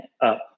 up